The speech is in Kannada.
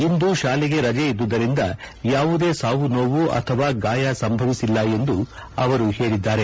ಇಂದು ಶಾಲೆಗೆ ರಜೆ ಇದ್ದುದರಿಂದ ಯಾವುದೇ ಸಾವು ನೋವು ಅಥವಾ ಗಾಯ ಸಂಭವಿಸಿಲ್ಲ ಎಂದು ಅವರು ಹೇಳಿದ್ದಾರೆ